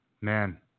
man